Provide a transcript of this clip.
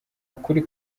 ukuri